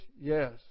yes